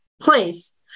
place